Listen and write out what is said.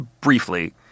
briefly